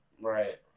Right